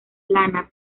lana